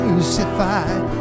Crucified